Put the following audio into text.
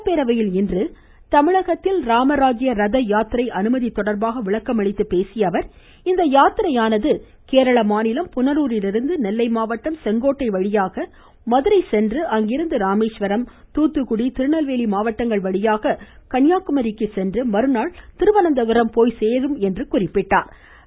சட்டப்பேரவையில் இன்று தமிழகத்தில் ராமராஜ்ய ரத யாத்திரை அனுமதி தொடர்பாக விளக்கம் அளித்து பேசிய அவர் இந்த யாத்திரையானது கேரள மாநிலம் புனலூரிலிருந்து நெல்லை மாவட்டம் செங்கோட்டை வழியாக மதுரை சென்று அங்கிருந்து ராமேஸ்வரம் தூத்துக்குடி திருநெல்வேலி மாவட்டங்கள் வழியாக கன்னியாகுமரி சென்று மறுநாள் திருவனந்தபுரம் போய் சேரும் என்றும் தெரிவித்தாா்